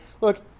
look